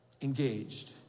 Engaged